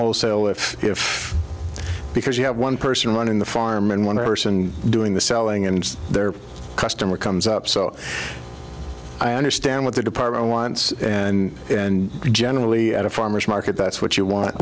wholesale if if because you have one person running the farm and one urson doing the selling and their customer comes up so i understand what the department wants and and generally at a farmer's market that's what you want